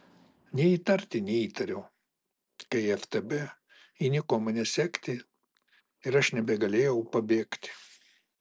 nė įtarti neįtariau kai ftb įniko mane sekti ir aš nebegalėjau pabėgti